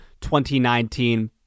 2019